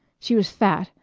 she was fat,